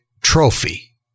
trophy